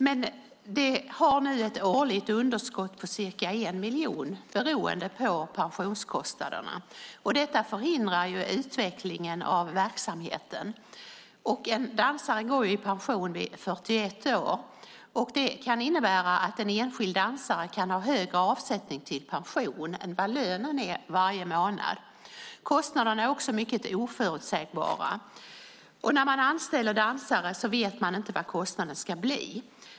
Men den har nu ett årligt underskott på ca 1 miljon beroende på pensionskostnaderna. Detta förhindrar utvecklingen av verksamheten. En dansare går i pension vid 41 år. Det kan innebära att en enskild dansare kan ha en avsättning till pension som är högre än vad lönen är varje månad. Kostnaderna är också mycket oförutsägbara. När man anställer dansare vet man inte vad kostnaden ska bli.